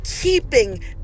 keeping